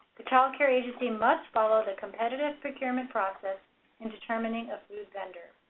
the child care agency must follow the competitive procurement process in determining a food vendor.